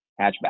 hatchback